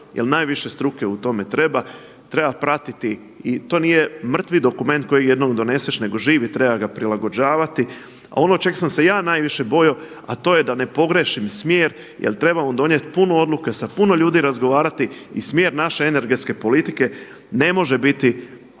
Jer najviše struke u tome treba. Treba pratiti i to nije mrtvi dokument kojeg jednom doneseš nego živ i treba ga prilagođavati. A ono čeg sam se ja najviše bojao a to je da ne pogriješim smjer, jer trebamo donijeti puno odluka, sa puno ljudi razgovarati i smjer naše energetske politike ne može biti